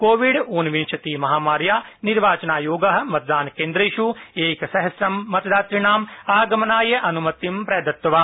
Covid उनविंशति महामार्या निर्वाचनायोग मतदानकेन्द्रेष् एकसहस्त्रं मतदातृणाम् आगामनाय अनुमतिं प्रदत्तवान्